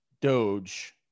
doge